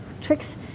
tricks